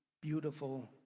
beautiful